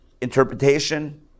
interpretation